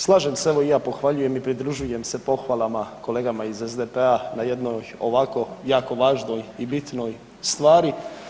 Slažem se evo i ja pohvaljujem i pridružujem se pohvalama kolegama iz SDP-a na jednoj ovako jako važnoj i bitnoj stvari.